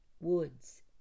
woods